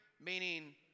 meaning